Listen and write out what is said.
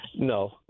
No